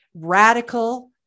radical